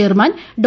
chairman Dr